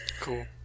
Cool